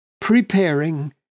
preparing